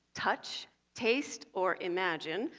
touch, taste or imagine,